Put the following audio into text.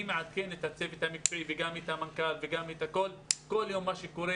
אני כל יום מעדכן את הצוות המקצועי וגם את המנכ"ל במה קורה